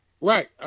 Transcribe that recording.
Right